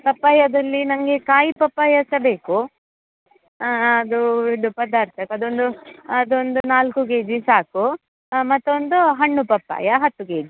ಪಪ್ಪಾಯದಲ್ಲಿ ನನಗೆ ಕಾಯಿ ಪಪ್ಪಾಯಾ ಸಹಾ ಬೇಕು ಅದೂ ಇದು ಪದಾರ್ಥಕ್ಕೆ ಅದೊಂದು ಅದೊಂದು ನಾಲ್ಕು ಕೆ ಜಿ ಸಾಕು ಮತ್ತೊಂದು ಹಣ್ಣು ಪಪ್ಪಾಯ ಹತ್ತು ಕೆ ಜಿ